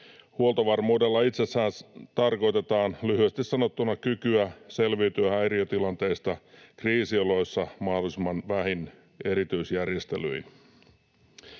Huoltovarmuudella itse asiassa tarkoitetaan lyhyesti sanottuna kykyä selviytyä häiriötilanteista kriisioloissa mahdollisimman vähin erityisjärjestelyin.